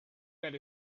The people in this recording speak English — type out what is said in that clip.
that